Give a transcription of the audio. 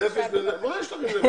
נפש בנפש.